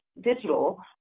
digital